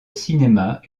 cinéma